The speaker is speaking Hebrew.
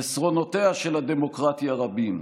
חסרונותיה של הדמוקרטיה רבים,